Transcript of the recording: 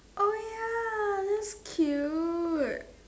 oh ya that's cute